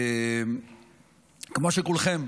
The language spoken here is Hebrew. כמו שכולכם,